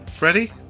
Ready